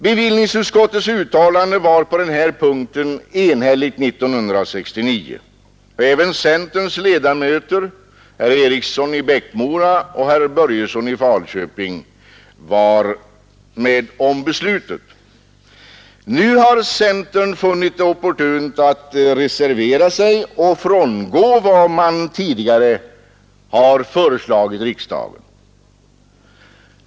Bevillningsutskottets uttalande 1969 var på den punkten enhälligt och även centerns ledamöter, herr Eriksson i Bäckmora och herr Börjesson i Falköping, var med om beslutet. Nu har centern funnit det opportunt att reservera sig och frångå vad man tidigare föreslagit riksdagen.